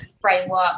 framework